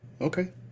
Okay